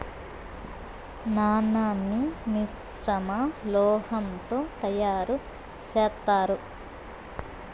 నాణాన్ని మిశ్రమ లోహం తో తయారు చేత్తారు